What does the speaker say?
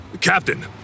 Captain